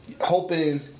hoping